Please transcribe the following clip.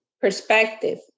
perspective